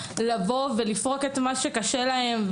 לבוא ולפרוק את מה שקשה להם,